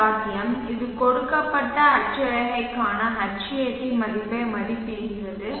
m இது கொடுக்கப்பட்ட அட்சரேகைக்கான Hat மதிப்பை மதிப்பிடுகிறது